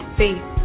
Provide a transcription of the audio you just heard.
faith